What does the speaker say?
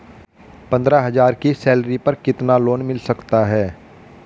पंद्रह हज़ार की सैलरी पर कितना लोन मिल सकता है?